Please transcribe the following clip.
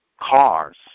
cars